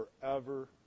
forever